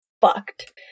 fucked